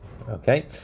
Okay